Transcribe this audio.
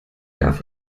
darf